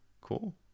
cool